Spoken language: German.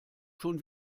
schon